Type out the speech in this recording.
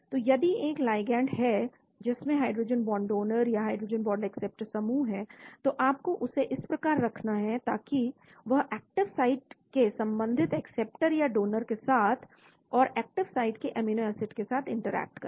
तो यदि एक लिगैंड है जिसमें हाइड्रोजन बॉन्ड डोनर या हाइड्रोजन बॉन्ड एक्सेप्टर समूह है तो आपको उसे इस प्रकार रखना है ताकि वह एक्टिव साइट के संबंधित एक्सेप्टर या डोनर के साथ और एक्टिव साइट के अमीनो एसिड के साथ इंटरेक्ट करें